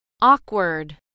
Awkward